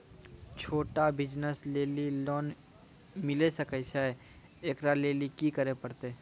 छोटा बिज़नस लेली लोन मिले सकय छै? एकरा लेली की करै परतै